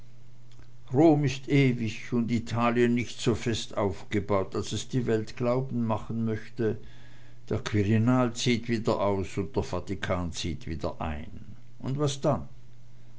rom ist ewig und italien nicht so fest aufgebaut als es die welt glauben machen möchte der quirinal zieht wieder aus und der vatikan zieht wieder ein und was dann